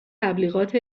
تبلیغات